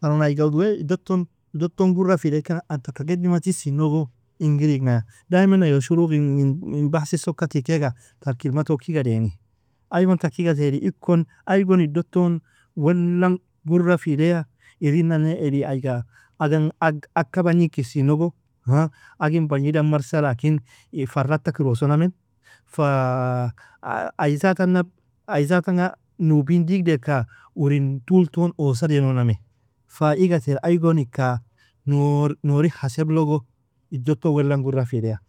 taron aiga wea idoton idoton gurafili ikan, an taka gedimatisnogo, ingir iignaya, daymana shroqi in bahthig sokka tikaiga, tar kelmatoka igadainin, aigon taka iigatirin, aigon aigon iddoton wellan gurafireya, irnnane eli aiga agan agka bagninkisinogo agin bagnidan marsa لكن ir farata kirosonamen, ai zatanab, ai zatana nubin digdeaka urin tulton usadeainoname, fa igatair igon ika norin haseblogo, iddoton wellan gurafireya.